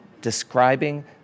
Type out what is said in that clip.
describing